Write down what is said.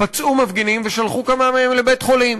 פצעו מפגינים ושלחו כמה מהם לבית-חולים.